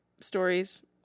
stories